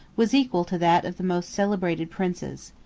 was equal to that of the most celebrated princes.